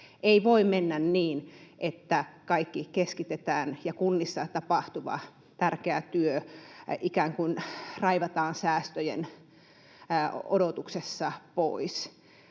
Ei voi mennä niin, että kaikki keskitetään ja kunnissa tapahtuva tärkeä työ ikään kuin raivataan säästöjen odotuksessa pois.